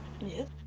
Yes